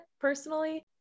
personally